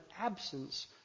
absence